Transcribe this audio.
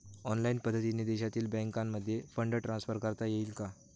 Online पद्धतीने देशातील बँकांमध्ये फंड ट्रान्सफर करता येईल का?